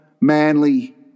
manly